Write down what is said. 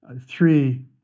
three